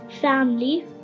family